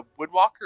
Woodwalker